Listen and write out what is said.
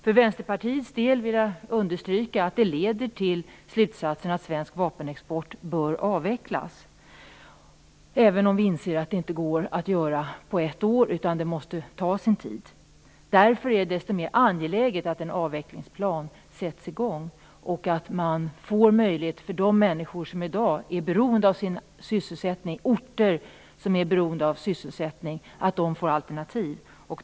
För Vänsterpartiets del vill jag understryka att det leder till slutsatsen att svensk vapenexport bör avvecklas, även om vi inser att det inte går att göra på ett år utan att det måste ta sin tid. Därför är det desto mer angeläget att en avvecklingsplan sätts i gång och att det ges möjlighet för de människor och orter som i dag är beroende av denna industri för sin sysselsättning får alternativ.